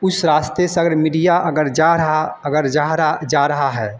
उस रास्ते से अगर मिडिया अगर जा रही अगर जाह रही जा रहाी है